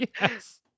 Yes